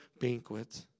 banquet